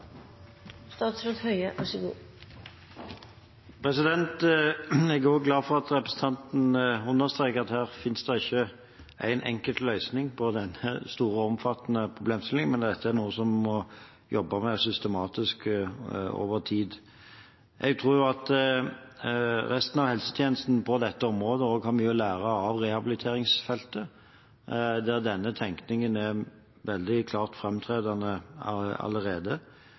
Jeg er glad for at representanten understreker at det ikke finnes én enkelt løsning på denne store og omfattende problemstillingen, men at dette er noe som vi må jobbe systematisk med over tid. Jeg tror at også resten av helsetjenesten på dette området har mye å lære av rehabiliteringsfeltet, der denne tenkningen allerede er veldig framtredende.